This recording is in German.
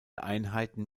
einheiten